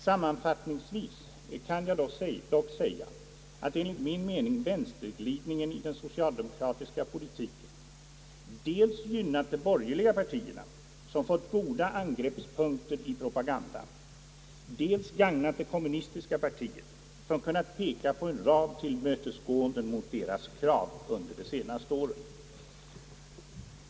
Sammanfattningsvis kan jag dock säga att enligt min mening vänsterglidningen i den socialdemokratiska politiken dels gynnat de borgerliga partierna, som fått goda angreppspunkter i propagandan, dels gagnat det kommunistiska partiet, som kunnat peka på en rad tillmötesgåenden mot kommunisternas krav under de senaste åren.